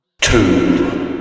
Two